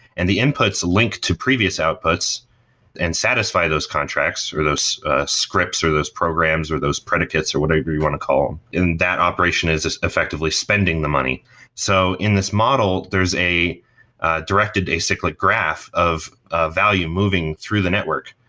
and the inputs linked to previous outputs and satisfy those contracts are those scripts or those programs or those predicates or whatever you want to call um them. that operation is is effectively spending the money so in this model, there is a directed acyclic graph of ah value moving through the network.